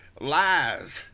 lies